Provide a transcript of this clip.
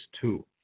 two